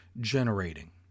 generating